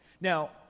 Now